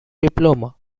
diploma